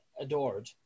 adored